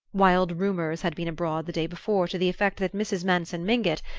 wild rumours had been abroad the day before to the effect that mrs. manson mingott,